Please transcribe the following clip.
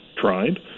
tried